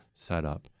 setup